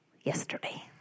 yesterday